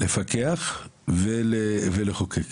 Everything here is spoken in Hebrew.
לפקח ולחוקק.